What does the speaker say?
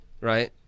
right